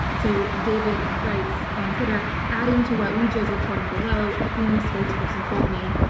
so david writes on twitter, adding to what weijia's reporting below, a famous spokesperson told me,